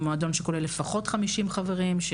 מועדון שכולל לפחות כ-50 חברים,